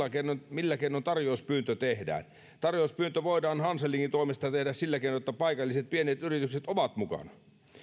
millä keinoin tarjouspyyntö tehdään tarjouspyyntö voidaan hanselinkin toimesta tehdä sillä keinoin että paikalliset pienet yritykset ovat mukana